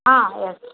ஆ S